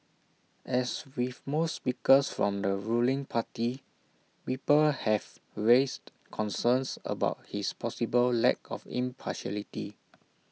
as with most speakers from the ruling party people have raised concerns about his possible lack of impartiality